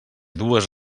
dues